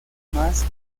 más